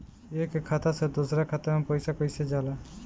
एक खाता से दूसर खाता मे पैसा कईसे जाला?